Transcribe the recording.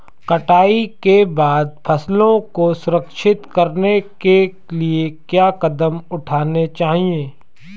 कटाई के बाद फसलों को संरक्षित करने के लिए क्या कदम उठाने चाहिए?